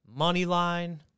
Moneyline